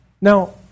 Now